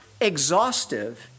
exhaustive